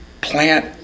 plant